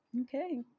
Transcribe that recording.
Okay